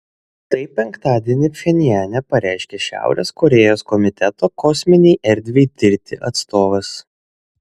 tai penktadienį pchenjane pareiškė šiaurės korėjos komiteto kosminei erdvei tirti atstovas